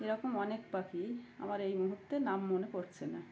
এরকম অনেক পাখি আমার এই মুহুর্তে নাম মনে করছে না